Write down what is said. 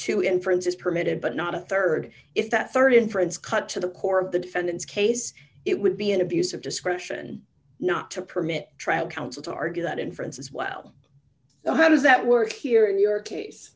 two inferences permitted but not a rd if that rd inference cut to the core of the defendant's case it would be an abuse of discretion not to permit trial counsel to argue that inference as well so how does that work here in your case